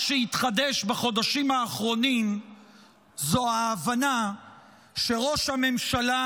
מה שהתחדש בחודשים האחרונים זה ההבנה שראש הממשלה